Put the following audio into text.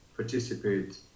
participate